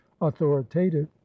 authoritative